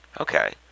Okay